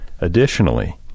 Additionally